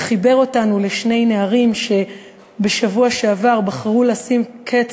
וחיבר אותנו לשני נערים שבשבוע שעבר בחרו לשים קץ